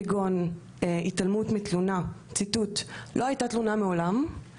כגון התעלמות מתלונה ציטוט: "לא הייתה תלונה מעולם";